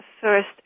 first